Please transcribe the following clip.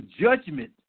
judgment